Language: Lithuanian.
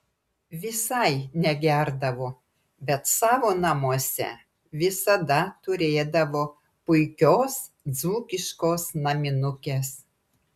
visai negerdavo bet savo namuose visada turėdavo puikios dzūkiškos naminukės